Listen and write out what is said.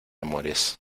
amores